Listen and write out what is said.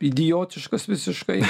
idiotiškas visiškai